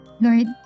Lord